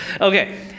Okay